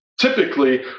Typically